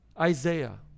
Isaiah